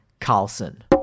Carlson